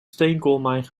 steenkoolmijn